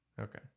okay